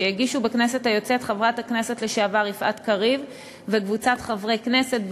שהגישו בכנסת היוצאת חברת הכנסת לשעבר יפעת קריב וקבוצת חברי הכנסת,